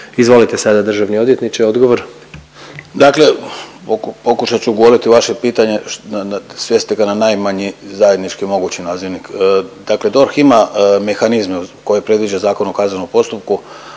Izvolite sada državni odvjetniče odgovor.